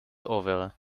over